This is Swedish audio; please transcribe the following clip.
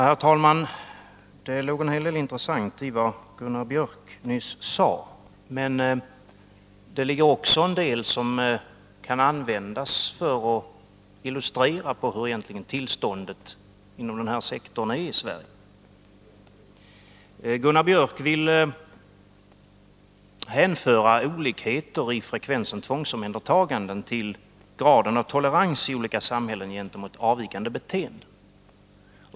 Herr talman! Det låg en hel del intressant i vad Gunnar Biörck nyss sade. Det fanns också i anförandet en del som kan användas för att illustrera hur tillståndet inom den här sektorn egentligen är i Sverige. Gunnar Biörck vill hänföra olikheter i frekvensen tvångsomhändertaganden till graden av tolerans i olika samhällen gentemot avvikande beteenden.